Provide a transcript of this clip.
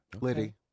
Liddy